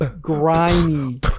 grimy